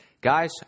guys